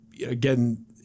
again